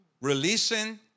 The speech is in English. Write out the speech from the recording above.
releasing